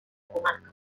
comarca